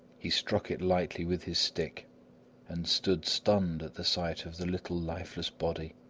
he struck it lightly with his stick and stood stunned at the sight of the little, lifeless body.